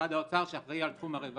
משרד האוצר שאחראי על תחום הרווחה.